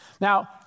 Now